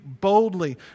boldly